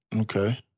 Okay